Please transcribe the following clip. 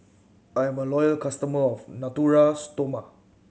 I'm a loyal customer of Natura Stoma